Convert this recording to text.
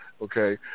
okay